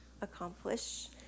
accomplish